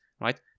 right